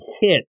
hit